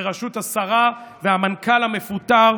בראשות השרה והמנכ"ל המפוטר,